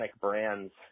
brands